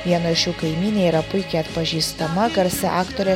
vieno iš jų kaimynė yra puikiai atpažįstama garsi aktorė